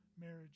marriage